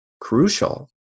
crucial